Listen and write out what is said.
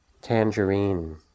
tangerine